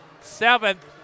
Seventh